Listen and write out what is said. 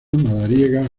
madariaga